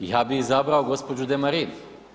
Ja bi izabrao gospođu Demarin.